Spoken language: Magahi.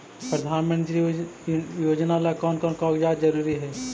प्रधानमंत्री योजना ला कोन कोन कागजात जरूरी है?